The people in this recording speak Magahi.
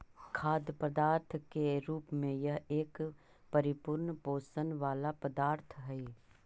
खाद्य पदार्थ के रूप में यह एक परिपूर्ण पोषण वाला पदार्थ हई